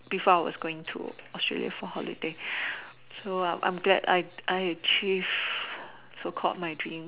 before I was going to Australia for holiday so I am glad I I achieved so called my dream